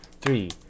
three